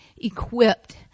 equipped